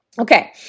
Okay